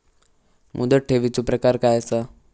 मुदत ठेवीचो प्रकार काय असा?